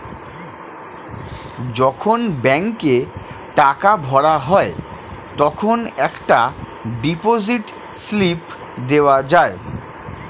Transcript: যখন ব্যাংকে টাকা ভরা হয় তখন একটা ডিপোজিট স্লিপ দেওয়া যায়